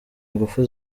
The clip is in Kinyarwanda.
ingufu